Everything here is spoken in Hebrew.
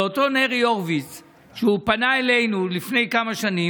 זה אותו נרי הורוביץ שפנה אלינו לפני כמה שנים,